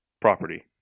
property